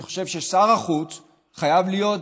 אני חושב ששר החוץ חייב להיות